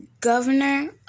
governor